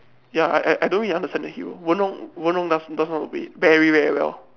ya I I I don't really understand the Q Wen-Rong does know how to play very very very well